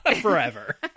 Forever